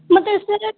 ਮਤਲਬ ਸਰ